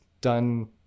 done